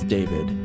David